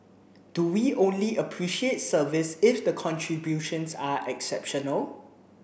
do we only appreciate service if the contributions are exceptional